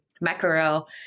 mackerel